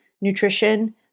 nutrition